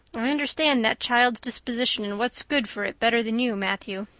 i understand that child's disposition and what's good for it better than you, matthew.